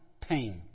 pain